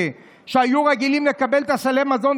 שהיו רגילות לקבל סלי מזון,